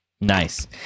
Nice